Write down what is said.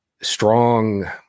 strong